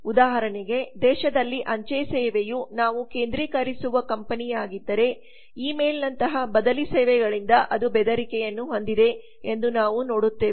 ಉದಾಹರಣೆಗೆ ದೇಶದಲ್ಲಿ ಅಂಚೆ ಸೇವೆಯು ನಾವು ಕೇಂದ್ರೀಕರಿಸುವ ಕಂಪನಿಯಾಗಿದ್ದರೆ ಇ ಮೇಲ್ನಂತಹ ಬದಲಿ ಸೇವೆಗಳಿಂದ ಅದು ಬೆದರಿಕೆಯನ್ನು ಹೊಂದಿದೆ ಎಂದು ನಾವು ನೋಡುತ್ತೇವೆ